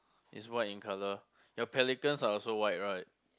is white in colour your pelicans are also white right